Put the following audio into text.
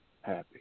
happy